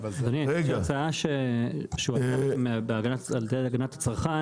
יש לי הצעה --- על ידי הגנת הצרכן,